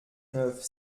neuf